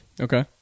Okay